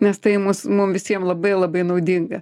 nes tai mus mum visiem labai labai naudinga